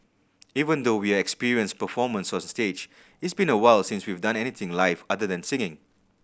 even though we are experienced performers on stage it's been a while since we've done anything live other than singing